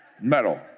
medal